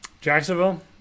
Jacksonville